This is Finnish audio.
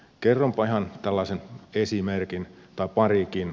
kerronpa ihan tällaisen esimerkin tai parikin